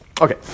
Okay